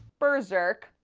berserk!